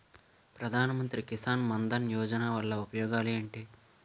ప్రధాన మంత్రి కిసాన్ మన్ ధన్ యోజన వల్ల ఉపయోగాలు ఏంటి?